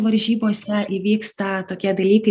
varžybose įvyksta tokie dalykai